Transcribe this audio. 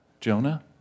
Jonah